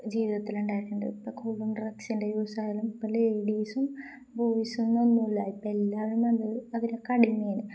ജീവിതത്തിലണ്ടായിട്ടുണ്ട് ഇപ്പ കൂളും ഡ്രഗ്സിൻ്റെ യൂസായാലും ഇപ്പ ലേഡീസും ബോയ്സന്നൊന്നുല്ല ഇപ്പ എല്ലാവരും വന്നത് അതില കടിമേന്